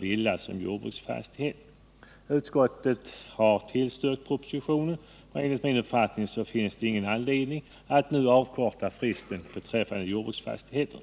villasom jordbruksfastighet. Utskottet har tillstyrkt propositionen. Enligt min uppfattning finns ingen anledning att nu avkorta fristen för jordbruksfastigheter.